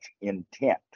intent